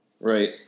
Right